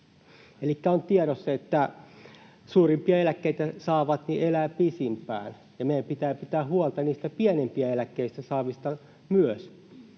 on tiedossa, että suurimpia eläkkeitä saavat elävät pisimpään, ja meidän pitää pitää huolta myös niistä pienimpiä eläkkeitä saavista,